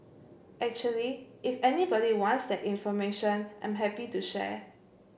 actually if anybody wants that information I'm happy to share